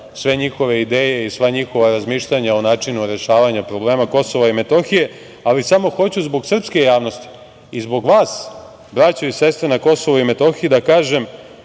sve njihove ideje i sva njihova razmišljanja o načinu rešavanja problema Kosova i Metohije, ali samo hoću zbog srpske javnosti i zbog vas, braćo i sestre na Kosovo i Metohiji, da kažem